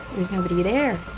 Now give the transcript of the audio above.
there's nobody there